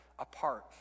apart